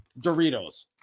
Doritos